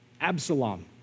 Absalom